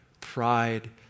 pride